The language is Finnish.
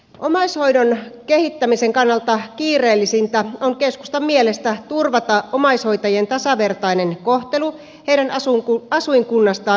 omaishoidon kehittämisen kannalta kiireellisintä on keskustan mielestä turvata omaishoitajien tasavertainen kohtelu heidän asuinkunnastaan riippumatta